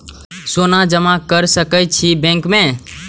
सोना जमा कर सके छी बैंक में?